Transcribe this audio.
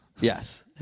Yes